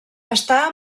està